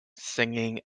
singing